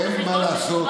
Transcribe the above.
אין מה לעשות.